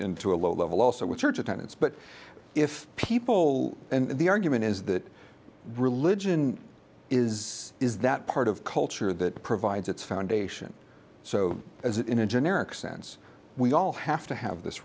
into a low level also with church attendance but if people and the argument is that religion is is that part of culture that provides its foundation so as it in a generic sense we all have to have this